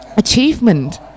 achievement